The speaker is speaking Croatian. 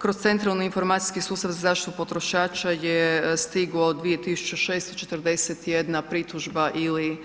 Kroz Centralni informacijski sustav za zaštitu potrošača je stiglo 2641 pritužba ili